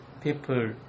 people